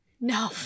no